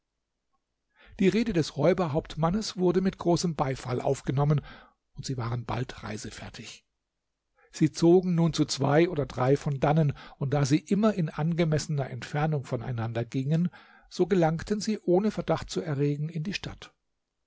die rede des räuberhauptmannes wurde mit großem beifall aufgenommen und sie waren bald reisefertig sie zogen nun zu zwei und drei von dannen und da sie immer in angemessener entfernung voneinander gingen so gelangten sie ohne verdacht zu erregen in die stadt